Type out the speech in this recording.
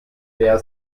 der